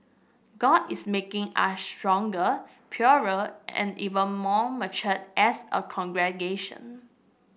god is making us stronger purer and even more mature as a congregation